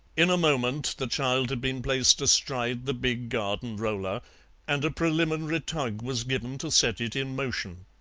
in a moment the child had been placed astride the big garden roller and a preliminary tug was given to set it in motion.